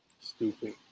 stupid